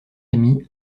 remi